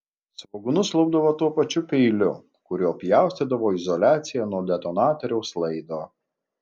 svogūnus lupdavo tuo pačiu peiliu kuriuo pjaustydavo izoliaciją nuo detonatoriaus laido